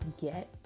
get